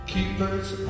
Keepers